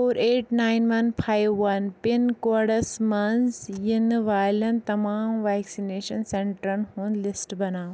four eight nine one five one pin codes مَنٛز یِنہٕ والین تمام ویکسِنیشن سینٹرن ہُنٛد لسٹ بناو